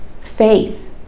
faith